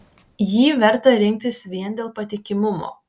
jį verta rinktis vien dėl patikimumo